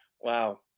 Wow